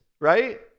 right